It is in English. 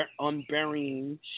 unburying